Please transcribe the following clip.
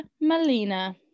Melina